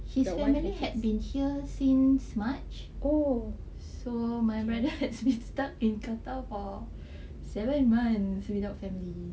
his family had been here since march so my brother has been stuck in qatar for seven months without family